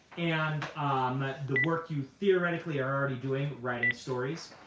and the work you theoretically are already doing, writing stories,